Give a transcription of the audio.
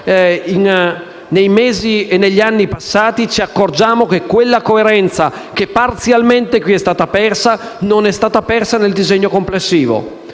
nei mesi e negli anni passati, ci accorgiamo che quella coerenza che parzialmente nel testo in esame è stata persa, non è stata persa nel disegno complessivo.